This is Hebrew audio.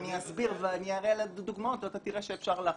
אני אסביר ואראה דוגמאות, ותראה שאפשר.